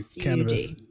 cannabis